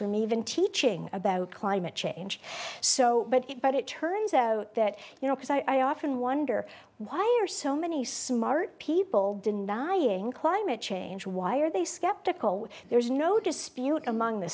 from even teaching about climate change so it but it turns out that you know because i often wonder why are so many smart people denying climate change why are they skeptical there's no dispute among the